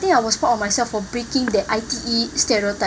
think I was proud of myself for breaking that I_T_E stereotype